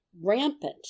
rampant